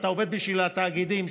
אתה עובד בשביל התאגידים.